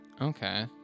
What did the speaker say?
okay